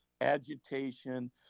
agitation